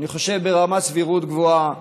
אני חושב שברמת סבירות גבוהה,